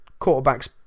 quarterbacks